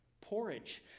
porridge